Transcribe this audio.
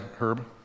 Herb